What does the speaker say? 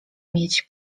mieć